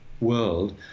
world